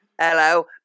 hello